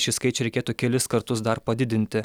šį skaičių reikėtų kelis kartus dar padidinti